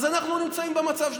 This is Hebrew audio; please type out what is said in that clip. אז אנחנו נמצאים במצב שאנחנו.